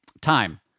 time